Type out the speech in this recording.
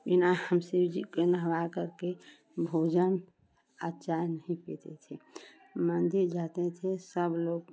बिना हम शिव जी को नहबा करके भोजन और चाय नहीं पीते थे मन्दिर जाते थे सबलोग